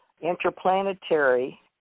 interplanetary